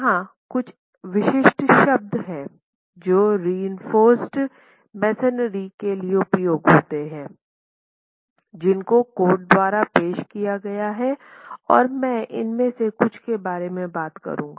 यहां कुछ विशिष्ट शब्द शब्द है जो रिइंफोर्स मेसनरी के लिए उपयोग होते हैं जिनको कोड द्वारा पेश किया गया है और मैं इनमें से कुछ के बारे में बात करूँगा